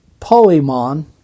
polymon